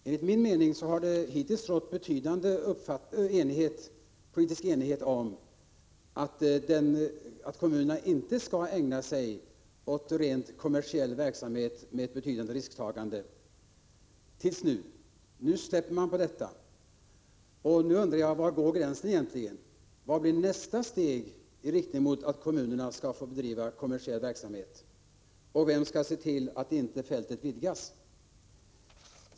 Enligt min mening har det hittills rått betydande politisk enighet om att kommunerna inte skall ägna sig åt rent kommersiell verksamhet med betydande risktagande, men nu frångår man alltså denna uppfattning. Jag undrar var gränsen egentligen går. Vad blir nästa steg i riktning mot att kommunerna skall få bedriva kommersiell verksamhet? Och vem skall se till att fältet inte vidgas?